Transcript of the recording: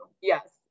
Yes